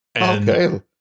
Okay